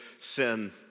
sin